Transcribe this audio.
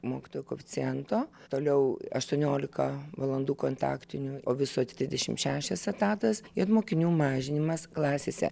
mokytojų koeficiento toliau aštuoniolika valandų kontaktinių o viso trisdešimt šešios etatas ir mokinių mažinimas klasėse